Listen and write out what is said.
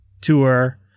tour